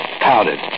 Powdered